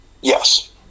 Yes